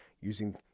using